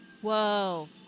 Whoa